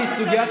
את צבועה.